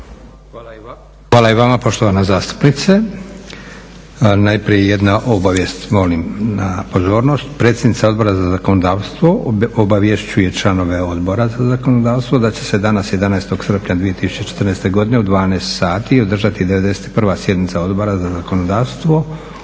Hvala i vama poštovana zastupnice. Najprije jedna obavijest, molim na pozornost. Predsjednica Odbora za zakonodavstvo obavješćuje članove Odbora za zakonodavstvo da će se danas 11. srpnja 2014. godine u 12 sati održati 91. sjednica Odbora za zakonodavstvo